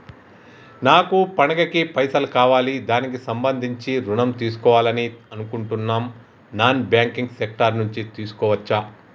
నాకు పండగ కి పైసలు కావాలి దానికి సంబంధించి ఋణం తీసుకోవాలని అనుకుంటున్నం నాన్ బ్యాంకింగ్ సెక్టార్ నుంచి తీసుకోవచ్చా?